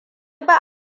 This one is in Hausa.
ba